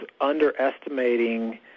underestimating